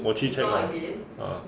我去 check 的 uh